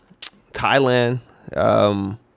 Thailand